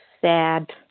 Sad